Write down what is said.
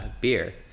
beer